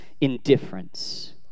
indifference